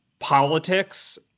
politics